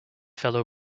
fellow